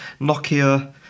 Nokia